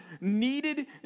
needed